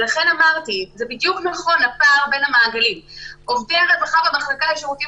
ולכן אמרתי: עובדי הרווחה במחלקה לשירותים